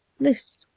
list!